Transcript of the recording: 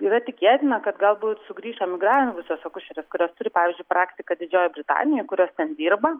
yra tikėtina kad galbūt sugrįš emigravusios akušerės kurios turi pavyzdžiui praktiką didžiojoj britanijoj kurios ten dirba